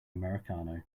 americano